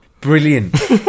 Brilliant